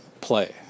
play